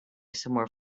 somewhere